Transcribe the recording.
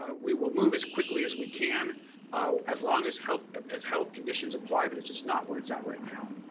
ah we will move as quickly as we can as long as health ah as health conditions apply but it's just not where it's at right now.